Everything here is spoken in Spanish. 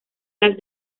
las